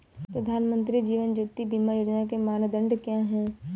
प्रधानमंत्री जीवन ज्योति बीमा योजना के मानदंड क्या हैं?